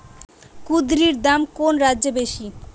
কুঁদরীর দাম কোন রাজ্যে বেশি?